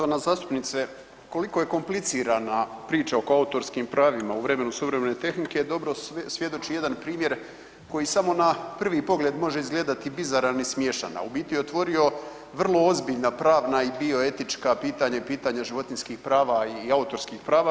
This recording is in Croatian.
Poštovana zastupnice, koliko je komplicirana priča oko autorskim pravima u vremenu suvremene tehnike dobro svjedoči jedan primjer koji samo na prvi pogled može izgledati bizaran i smiješan, a u biti je otvorio vrlo ozbiljna pravna i bioetička pitanja i pitanja životinjskih prava i autorskih prava.